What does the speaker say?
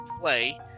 play